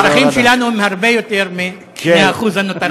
הערכים שלנו הם הרבה יותר מהאחוזים הנותרים.